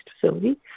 facility